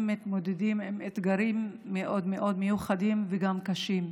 הם מתמודדים עם אתגרים מיוחדים מאוד וגם קשים.